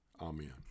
Amen